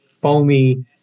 foamy